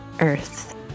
Earth